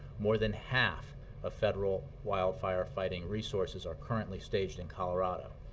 more than half of federal wildfire-fighting resources are currently staged in colorado.